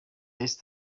east